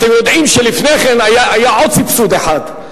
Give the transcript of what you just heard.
אתם יודעים שלפני כן היה עוד סבסוד אחד,